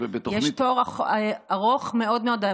יש תור ארוך מאוד מאוד.